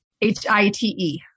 H-I-T-E